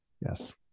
Yes